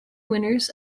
winners